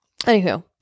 anywho